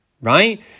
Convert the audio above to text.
right